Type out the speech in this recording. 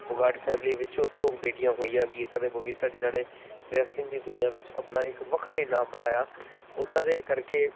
Phogat family ਵਿੱਚੋਂ ਦੋ ਬੇਟੀਆਂ ਹੋਈਆਂ ਗੀਤਾ ਅਤੇ ਬਬੀਤਾ ਜਿਨ੍ਹਾਂ ਨੇ ਰੈਸਲਿੰਗ ਦੀ ਦੁਨੀਆਂ ਵਿੱਚ ਆਪਣਾ ਇੱਕ ਵੱਖਰਾ ਹੀ ਨਾਮ ਬਣਾਇਆ ਉਹਨਾਂ ਦੇ ਕਰਕੇ